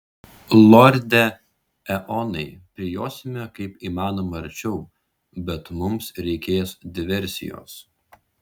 lorde eonai prijosime kaip įmanoma arčiau bet mums reikės diversijos